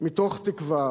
מתוך תקווה